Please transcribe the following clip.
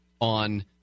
on